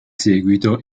seguito